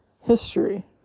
history